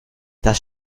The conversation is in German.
das